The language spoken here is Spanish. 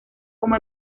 como